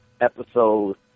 episode